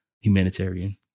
humanitarian